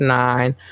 nine